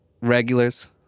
regulars